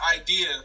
idea